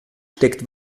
steckt